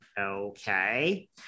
okay